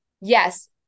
yes